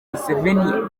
museveni